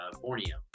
Borneo